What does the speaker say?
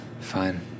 Fine